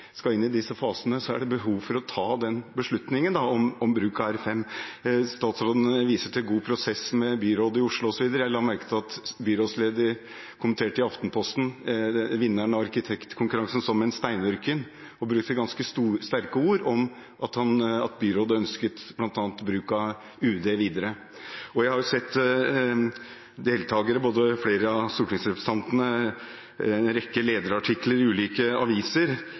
skal inn i disse fasene, er det behov for å ta beslutningen om bruk av R5. Statsråden viser til god prosess med byrådet i Oslo osv. Jeg la merke til at byrådslederen i Aftenposten kommenterte vinneren av arkitektkonkurransen, han kalte prosjektet en steinørken og brukte ganske sterke ord om at byrådet ønsket bl.a. bruk av UD videre. Jeg har sett en rekke lederartikler i ulike aviser – både flere stortingsrepresentanter, tidligere statsminister og tidligere utenriksministre har tatt opp debatten. Statsråden viser i